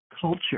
culture